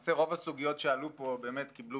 למעשה רוב הסוגיות שעלו פה באמת קיבלו